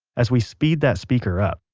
as we speed that speaker up,